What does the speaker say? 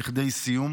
לכדי סיום.